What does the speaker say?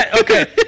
Okay